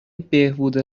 بهبودی